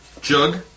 jug